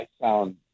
sound